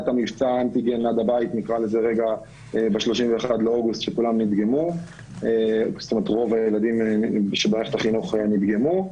היה מבצע אנטיגן עד הבית ב-31 באוגוסט שרוב הילדים במערכת החינוך נדגמו,